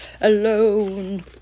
alone